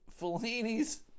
Fellini's